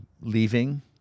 leaving